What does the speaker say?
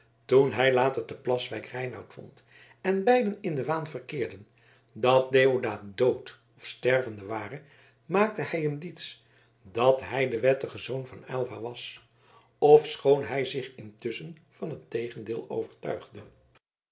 toen hij later te plaswijk reinout vond en beiden in den waan verkeerden dat deodaat dood of stervende ware maakte hij hem diets dat hij de wettige zoon van aylva was ofschoon hij zich intusschen van het tegendeel overtuigde